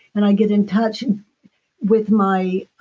and i get in touch with my.